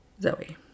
Zoe